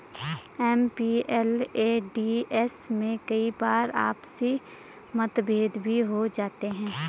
MPLADS में कई बार आपसी मतभेद भी हो जाते हैं